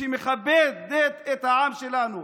שמכבדות את העם שלנו.